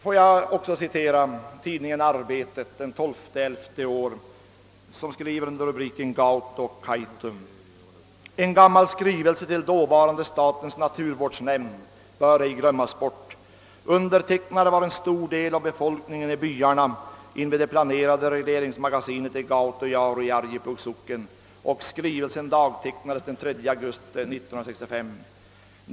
Låt mig också citera tidningen Arbetet, som den 12 november i år under rubriken »Gauto och Kaitum» skriver: »En gammal skrivelse till dåvarande statens naturvårdsnämnd bör ej glömmas bort. Undertecknare var en stor del av befolkningen i byarna invid det planerade regleringsmagasinet Gautojaure i Arjeplogs socken och skrivelsen dagtecknades den 3 augusti 1965.